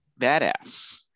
Badass